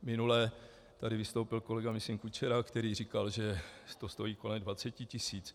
Minule tady vystoupil kolega, myslím Kučera, který říkal, že to stojí kolem 20 tisíc.